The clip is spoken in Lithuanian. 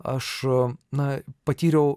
aš na patyriau